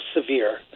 severe